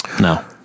no